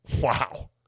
Wow